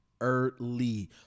early